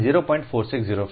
m 0